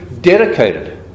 dedicated